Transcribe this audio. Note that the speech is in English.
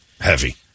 heavy